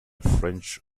french